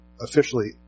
officially